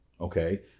Okay